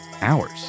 Hours